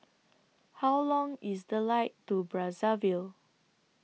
How Long IS The Flight to Brazzaville